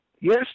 Yes